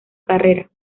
carrera